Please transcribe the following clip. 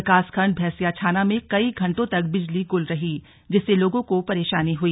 विकासखंड भैंसियाछाना में कई घंटों तक बिजली गुल रही जिससे लोगों को परेशानी हुई